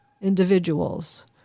individuals